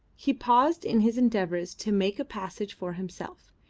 he paused in his endeavours to make a passage for himself,